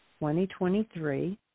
2023